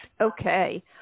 Okay